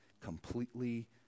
completely